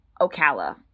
Ocala